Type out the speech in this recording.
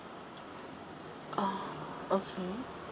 oh okay